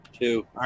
two